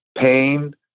pain